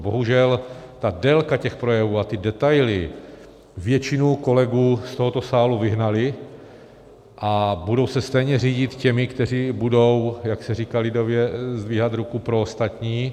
Bohužel délka těch projevů a detaily většinu kolegů z tohoto sálu vyhnaly a budou se stejně řídit těmi, kteří budou, jak se říká lidově, zdvihat ruku pro ostatní.